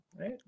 right